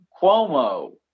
Cuomo